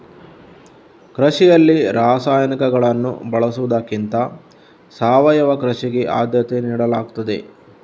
ಕೃಷಿಯಲ್ಲಿ ರಾಸಾಯನಿಕಗಳನ್ನು ಬಳಸುವುದಕ್ಕಿಂತ ಸಾವಯವ ಕೃಷಿಗೆ ಆದ್ಯತೆ ನೀಡಲಾಗ್ತದೆ